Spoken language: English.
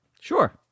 Sure